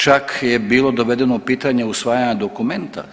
Čak je bilo dovedeno u pitanje usvajanje dokumenta.